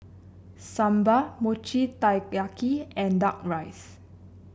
sambal Mochi Taiyaki and duck rice